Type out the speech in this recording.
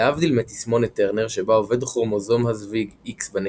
להבדיל מתסמונת טרנר שבה אובד כרומוזום הזוויג X בנקבה,